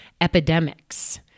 Epidemics